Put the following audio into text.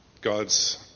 God's